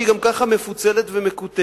שהיא גם כך מפוצלת ומקוטבת,